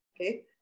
Okay